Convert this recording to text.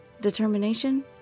Determination